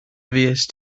fuest